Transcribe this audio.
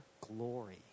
glory